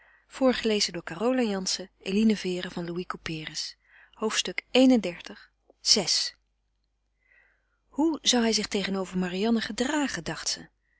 hart vi hoe zou hij zich tegenover marianne gedragen dacht ze